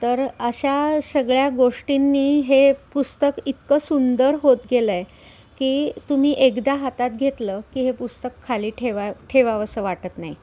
तर अशा सगळ्या गोष्टींनी हे पुस्तक इतकं सुंदर होत गेलं आहे की तुम्ही एकदा हातात घेतलं की हे पुस्तक खाली ठेवा ठेवावंसं वाटत नाही